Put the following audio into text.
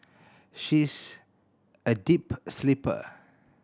she's a deep sleeper